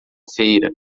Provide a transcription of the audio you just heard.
feira